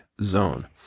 zone